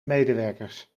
medewerkers